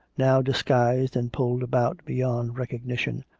now dis guised and pulled about beyond recognition,